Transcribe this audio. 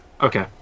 Okay